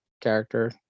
character